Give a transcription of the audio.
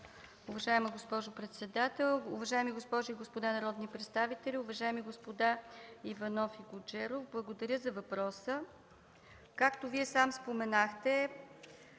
уважаема госпожо председател. Уважаеми госпожи и господа народни представители! Уважаеми господа Иванов и Гуджеров, благодаря за въпроса. Както Вие сам споменахте,